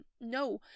no